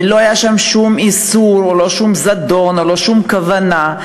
ולא היו שם שום איסור או שום זדון או שום כוונה.